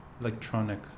electronic